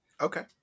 Okay